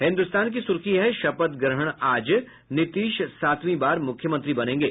हिन्दुस्तान की सुर्खी है शपथ ग्रहण आज नीतीश सातवीं बार मुख्यमंत्री बनेंगे